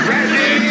Ready